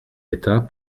d’état